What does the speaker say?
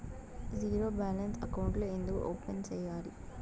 zero balance అకౌంట్లు ఎందుకు open సేయాలి